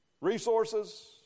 resources